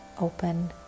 open